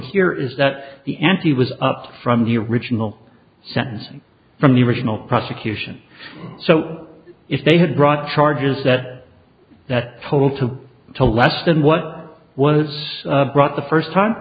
here is that the ante was up from the original sentence from the original prosecution so if they had brought charges that that total to to less than what was brought the first time